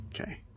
Okay